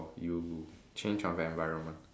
you change of environment